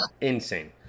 Insane